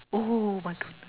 oh my good